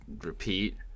repeat